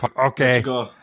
Okay